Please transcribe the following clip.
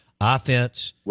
offense